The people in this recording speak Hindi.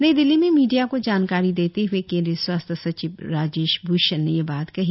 नई दिल्ली में मीडिया को जानकारी देते हुए केन्द्रीय स्वास्थ्य सचिव राजेश भूषण ने यह बात कही